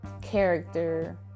character